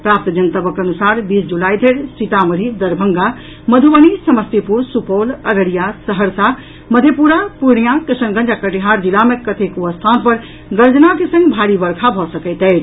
प्राप्त जनतबक अनुसार बीस जुलाई धरि सीतामढ़ी दरभंगा मधुबनी समस्तीपुर सुपौल अररिया सहरसा मधेपुरा पूर्णिया किशनगंज आ कटिहार जिला मे कतेको स्थान पर गर्जना के संग भारी वर्षा भऽ सकैत अछि